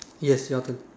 yes your turn